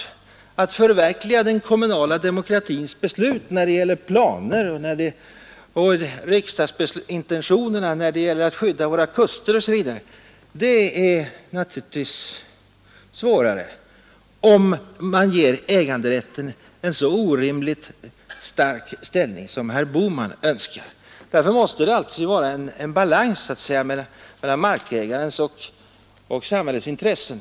Att förverkliga den kommunala demokratins beslut när det gäller byggnadsplaner och att förverkliga riksdagsintentioner när det gäller att skydda våra kuster, det är naturligtvis svårare, om man ger äganderätten en så orimligt stark ställning som herr Bohman önskar. Därför måste det alltid vara en balans mellan markägarens och samhällets intressen.